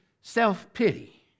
self-pity